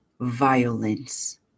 violence